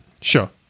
Sure